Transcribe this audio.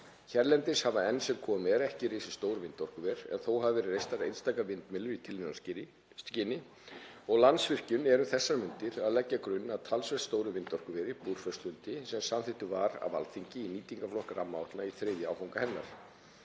Hérlendis hafa enn sem komið er ekki risið stór vindorkuver en þó hafa verið reistar einstakar vindmyllur í tilraunaskyni og Landsvirkjun er um þessar mundir að leggja grunn að talsvert stóru vindorkuveri, Búrfellslundi, sem samþykkt var af Alþingi í nýtingarflokk rammaáætlunar í þriðja áfanga hennar.